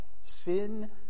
sin